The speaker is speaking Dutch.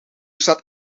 zat